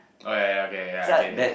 orh ya ya ya okay ya I get it I get it